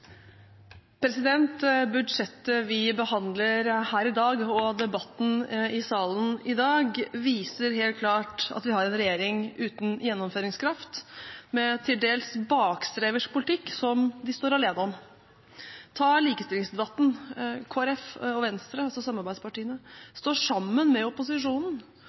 foreldre. Budsjettet vi behandler her i dag, og debatten i salen i dag viser helt klart at vi har en regjering uten gjennomføringskraft, med en til dels bakstreversk politikk som de står alene om. Ta likestillingsdebatten: Kristelig Folkeparti og Venstre, altså samarbeidspartiene, står sammen med opposisjonen